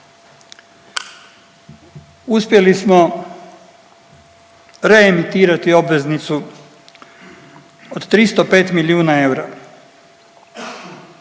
Uspjeli smo reimitirati obveznicu od 305 milijuna eura